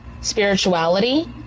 spirituality